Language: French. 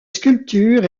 sculpture